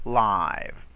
live